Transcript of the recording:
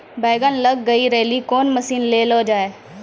बैंगन लग गई रैली कौन मसीन ले लो जाए?